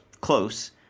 close